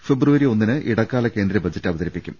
ഫെബ്രുവരി ഒന്നിന് ഇടക്കാല കേന്ദ്രബജറ്റ് അവതരിപ്പിക്കും